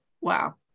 Wow